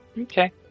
Okay